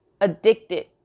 addicted